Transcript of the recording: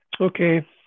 Okay